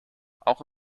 auch